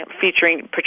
featuring